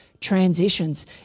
transitions